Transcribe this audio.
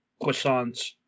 croissants